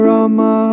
Rama